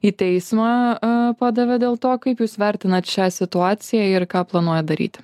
į teismą padavė dėl to kaip jūs vertinat šią situaciją ir ką planuojat daryti